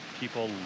people